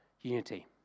unity